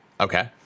Okay